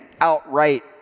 outright